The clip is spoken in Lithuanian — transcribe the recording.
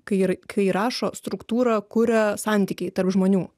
kai ir kai rašo struktūrą kuria santykiai tarp žmonių